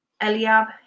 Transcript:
Eliab